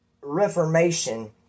Reformation